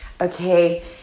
Okay